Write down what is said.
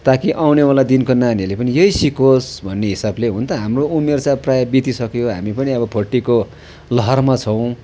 ताकि आउनेवाला दिनको नानीहरूले पनि यही सिकोस् भन्ने हिसाबले हुन त हाम्रो उमेर त प्रायः बितिसक्यो हामी पनि अब फोर्टीको लहरमा छौँ